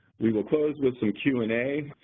we will close with some q and a.